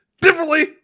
Differently